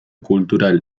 cultural